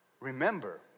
remember